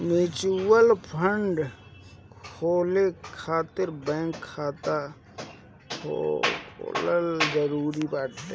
mutual fund खोले खातिर bank खाता होखल जरुरी बाटे